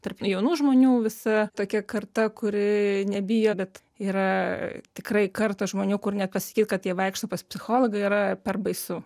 tarp jaunų žmonių visa tokia karta kuri nebijo bet yra tikrai kartos žmonių kur net pasakyt kad jie vaikšto pas psichologą yra per baisu